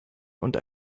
und